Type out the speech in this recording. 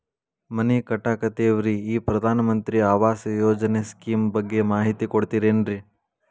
ಮನಿ ಕಟ್ಟಕತೇವಿ ರಿ ಈ ಪ್ರಧಾನ ಮಂತ್ರಿ ಆವಾಸ್ ಯೋಜನೆ ಸ್ಕೇಮ್ ಬಗ್ಗೆ ಮಾಹಿತಿ ಕೊಡ್ತೇರೆನ್ರಿ?